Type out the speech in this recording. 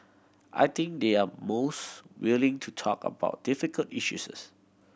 I think they're most willing to talk about difficult